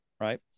Right